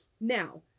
Now